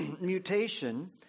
mutation